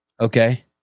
Okay